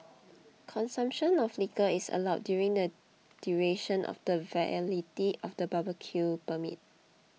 consumption of liquor is allowed during the duration of the validity of the barbecue permit